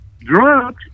drugs